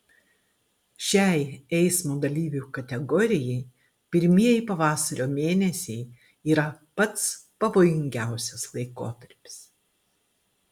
šiai eismo dalyvių kategorijai pirmieji pavasario mėnesiai yra pats pavojingiausias laikotarpis